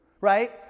right